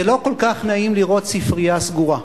זה לא כל כך נעים לראות ספרייה סגורה.